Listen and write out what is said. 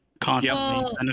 constantly